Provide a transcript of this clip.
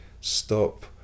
stop